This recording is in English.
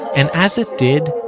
and as it did,